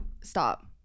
stop